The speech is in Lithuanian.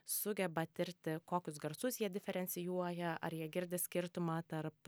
sugeba tirti kokius garsus jie diferencijuoja ar jie girdi skirtumą tarp